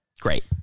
great